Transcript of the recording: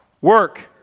Work